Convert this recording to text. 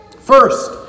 First